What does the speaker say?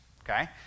Okay